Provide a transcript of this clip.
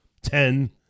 Ten